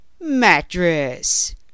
Mattress